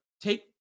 take